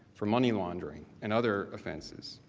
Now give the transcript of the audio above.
for money laundering and other offenses.